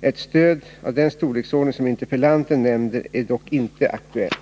Ett stöd av den — pj ekinge storleksordning som interpellanten nämner är dock inte aktuellt.